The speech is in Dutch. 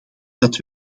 dat